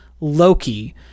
Loki